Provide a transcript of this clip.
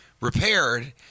repaired